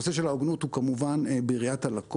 הנושא של ההוגנות הוא כמובן בראיית הלקוח.